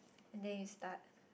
and then you start